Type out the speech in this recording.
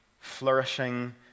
flourishing